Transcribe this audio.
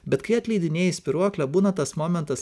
bet kai atleidinėji spyruoklę būna tas momentas